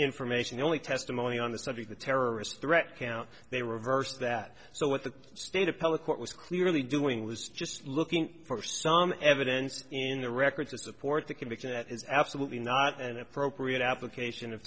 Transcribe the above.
information only testimony on the subject the terrorist threat count they reversed that so what the state appellate court was clearly doing was just looking for some evidence in the record to support the conviction that is absolutely not an appropriate application of